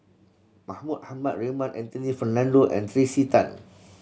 Mahmud Ahmad Raymond Anthony Fernando and Tracey Tan